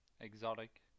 exotic